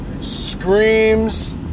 screams